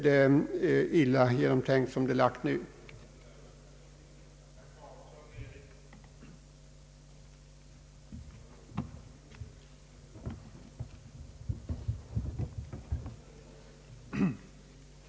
Det är illa genomtänkt som det nu är framlagt.